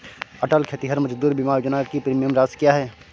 अटल खेतिहर मजदूर बीमा योजना की प्रीमियम राशि क्या है?